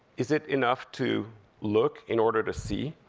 is it enough to look, in order to see?